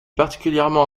particulièrement